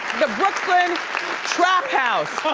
the brooklyn trap house.